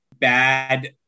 bad